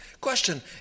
Question